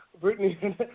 Brittany